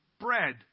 bread